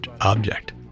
object